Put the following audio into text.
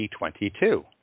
2022